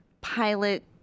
pilot